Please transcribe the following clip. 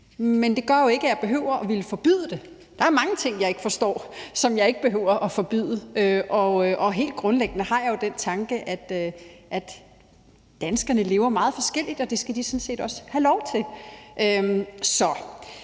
Men det gør jo ikke, at jeg behøver at ville forbyde det. Der er mange ting, jeg ikke forstår, men som jeg ikke behøver at forbyde. Helt grundlæggende har jeg jo den tanke, at danskerne lever meget forskelligt, og at det skal de sådan set også have lov til. Så